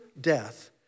death